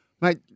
Mate